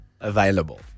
available